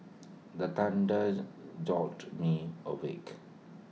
the thunders jolt me awake